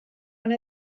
one